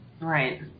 Right